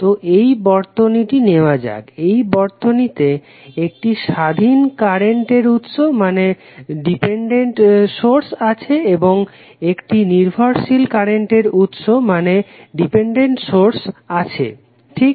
তো এই বর্তনীটি নেওয়া যাক এই বর্তনীতে একটি স্বাধীন কারেন্ট উৎস আছে এবং একটি নির্ভরশীল কারেন্ট উৎস আছে ঠিক